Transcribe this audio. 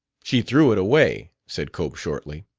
she threw it away, said cope shortly.